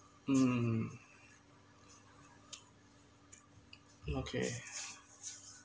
um okay